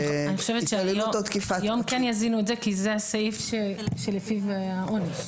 אני חושבת שהיום כן יזינו את זה כי זה הסעיף לפיו העונש.